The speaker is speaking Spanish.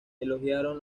elogiaron